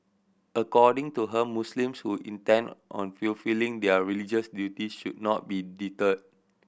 according to her Muslims who intend on fulfilling their religious duties should not be deterred